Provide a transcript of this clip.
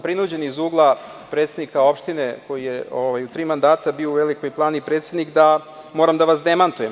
Prinuđen sam iz ugla predsednika opštine koji je u tri mandata bio u Velikoj Plani predsednik da moram da vas demantujem.